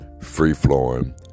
free-flowing